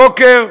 בבוקר,